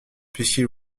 puisqu’il